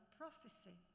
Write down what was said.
prophecy